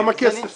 על כמה כסף סוכם?